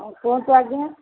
ହଁ କୁହନ୍ତୁ ଆଜ୍ଞା